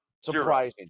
Surprising